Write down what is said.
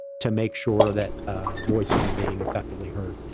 to make sure that voices are being effectively heard.